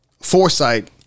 foresight